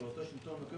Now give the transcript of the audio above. ולאותו שלטון מקומי,